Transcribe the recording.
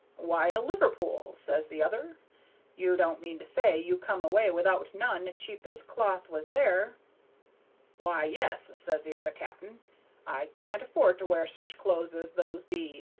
why, to liverpool says the other you don't mean to say you come away without none, cheap as cloth was there why, yes says the other cap'n i can't afford to wear such clothes as those be,